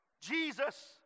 Jesus